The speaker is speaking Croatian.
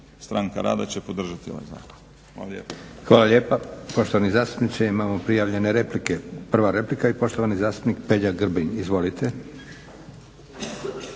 Stranka rada će podržati ovaj zakon. Hvala lijepa. **Leko, Josip (SDP)** Hvala lijepa poštovani zastupniče. Imamo prijavljene replike. Prva replika i poštovani zastupnik Peđa Grbin. Izvolite.